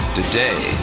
Today